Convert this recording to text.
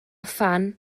phan